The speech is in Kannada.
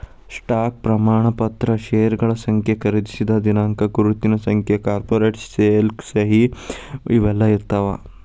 ಸ್ಟಾಕ್ ಪ್ರಮಾಣ ಪತ್ರ ಷೇರಗಳ ಸಂಖ್ಯೆ ಖರೇದಿಸಿದ ದಿನಾಂಕ ಗುರುತಿನ ಸಂಖ್ಯೆ ಕಾರ್ಪೊರೇಟ್ ಸೇಲ್ ಸಹಿ ಇವೆಲ್ಲಾ ಇರ್ತಾವ